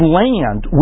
land